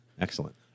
Excellent